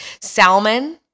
Salmon